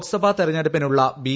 ലോക്സഭാ തെരഞ്ഞെടുപ്പിനുള്ള ബി